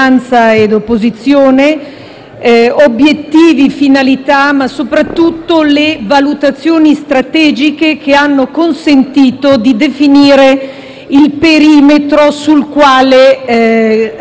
obiettivi e finalità, ma soprattutto le valutazioni strategiche, che hanno consentito di definire il perimetro entro il quale ragionare e normare.